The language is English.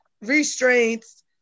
restraints